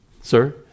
Sir